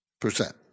percent